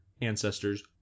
ancestors